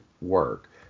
work